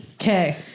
Okay